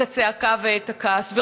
את הצעקה ואת הכעס,